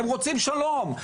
הם רוצים שלום.